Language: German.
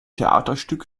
theaterstück